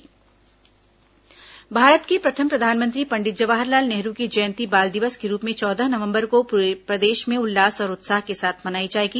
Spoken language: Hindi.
बाल दिवस कांग्रेस भारत के प्रथम प्रधानमंत्री पंडित जवाहरलाल नेहरू की जयंती बाल दिवस के रूप में चौदह नवम्बर को पूरे प्रदेश में उल्लास और उत्साह के साथ मनाई जाएगी